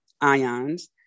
ions